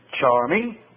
charming